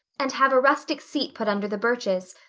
and have a rustic seat put under the birches.